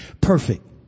perfect